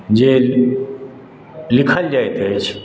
जे लिखल जाइत अछि